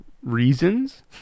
reasons